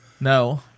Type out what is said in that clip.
No